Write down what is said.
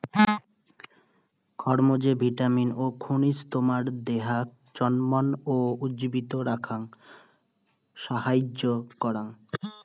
খরমুজে vitamin ও খনিজ তোমার দেহাক চনমন ও উজ্জীবিত রাখাং সাহাইয্য করাং